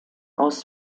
aus